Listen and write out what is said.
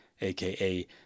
AKA